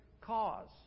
cause